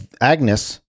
agnes